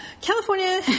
California